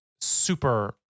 super